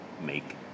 make